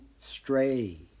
stray